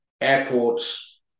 airports